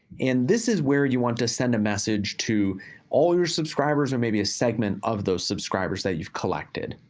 and this is where you want to send a message to all your subscribers, or maybe a segment of those subscribers that you've collected.